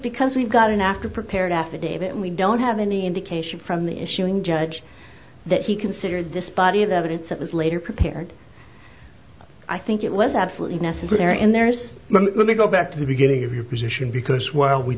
because we've got an after prepared affidavit and we don't have any indication from the issuing judge that he considered this body of evidence that was later prepared i think it was absolutely necessary and there is going to go back to the beginning of your position because while we